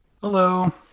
Hello